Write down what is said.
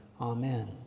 Amen